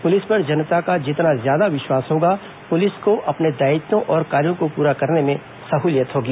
police पर जनता का जितना ज्यादा विश्वास होगा पुलिस को अपने दायित्वों और कार्यों को पूरा करने में सहूलियत होगी